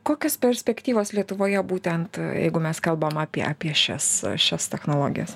kokios perspektyvos lietuvoje būtent jeigu mes kalbam apie apie šias šias technologijas